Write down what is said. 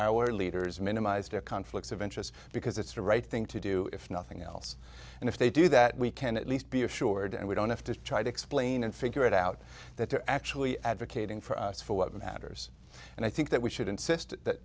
our leaders minimize their conflicts of interest because it's the right thing to do if nothing else and if they do that we can at least be assured and we don't have to try to explain and figure it out that they're actually advocating for us for what matters and i think that we should insist that